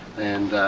and